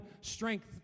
strength